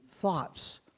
thoughts